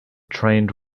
trained